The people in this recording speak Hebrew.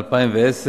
ב-2010,